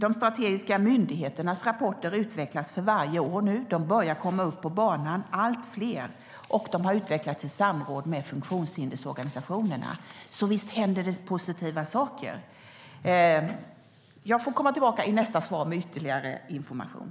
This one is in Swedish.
De strategiska myndigheternas rapporter utvecklas för varje år; allt fler börjar komma upp på banan, och de har utvecklats i samråd med funktionshindersorganisationerna. Så visst händer det positiva saker. Jag får återkomma i nästa anförande med ytterligare information.